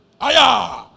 Aya